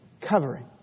covering